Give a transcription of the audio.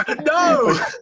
No